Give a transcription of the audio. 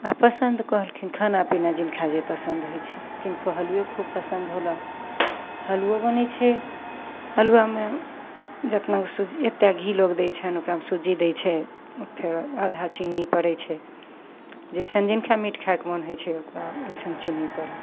आओर पसन्द कहलखिन खाना पीना जिनका जे पसन्द होइ छै किनको हलुवे खूब पसन्द होलक हलुओ बनय छै हलुआमे जेतनागो सुजी एतय घी लोग दै छनि ओकरामे सुजी दै छै फेरो आधा चीनी पड़य छै जइसन जिनका मीठ खायके मोन होइ छै ओकरा अइसन चीनी पड़ल